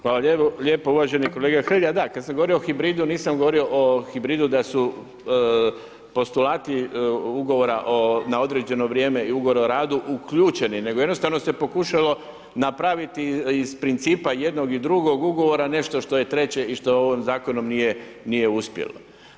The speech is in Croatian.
Hvala lijepo, uvaženi kolega Hrelja da, kada sam govorio o hibridu, nisam govorio o hibridu da su postulati ugovora na određeno vrijeme i ugovora o radu uključeno, nego jednostavno se pokušalo napraviti iz principa jednog i drugog, ugovora nešto što je treće i što u ovom zakonu nije uspjelo.